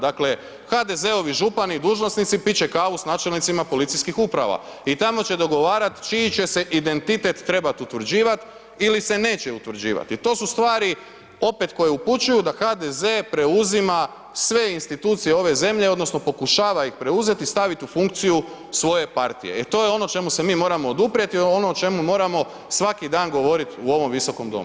Dakle HDZ-ovi župani, dužnosnici pit će kavu sa načelnicima policijskih uprava i tamo će dogovarat čiji će se identitet trebati utvrđivat ili se neće utvrđivat i to su stvari opet koje upućuju da HDZ preuzima sve institucije ove zemlje odnosno pokušava ih preuzeti i staviti u funkciju svoje partije i to je ono čemu se mi moramo oduprijeti, to je ono o če2mu moramo svaki dan govorit u ovom Visokom domu.